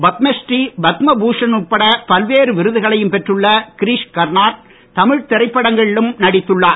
பத்மஸ்ரீ பத்மபூஷன் உட்பட பல்வேறு விருதுகளையும் பெற்றுள்ள கிரீஷ் கர்னார்ட் தமிழ் திரைப்படங்களிலும் நடித்துள்ளார்